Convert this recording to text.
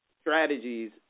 strategies